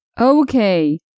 Okay